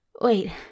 Wait